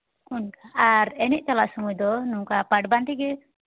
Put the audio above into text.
ᱚᱱᱠᱟ ᱟᱨ ᱮᱱᱮᱡ ᱪᱟᱞᱟᱜ ᱥᱚᱢᱚᱭ ᱫᱚ ᱱᱚᱝᱠᱟ ᱯᱟᱴ ᱵᱟᱸᱫᱮ ᱜᱮ